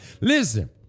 Listen